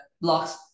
blocks